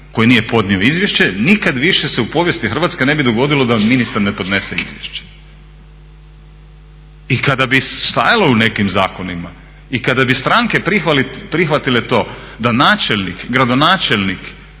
koji nije podnio izvješće nikad više se u povijesti Hrvatske ne bi dogodilo da ministar ne podnese izvješće. I kada bi stajalo u nekim zakonima i kada bi stranke prihvatile to da načelnik, gradonačelnik